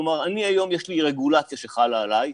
כלומר היום יש לי רגולציה שחלה עליי,